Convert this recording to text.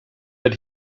that